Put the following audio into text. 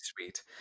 sweet